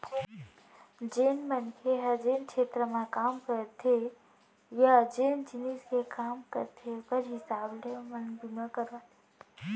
जेन मनसे ह जेन छेत्र म काम करथे या जेन जिनिस के काम करथे ओकर हिसाब ले ओमन बीमा करवाथें